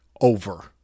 over